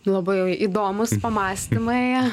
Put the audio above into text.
labai įdomūs pamąstymai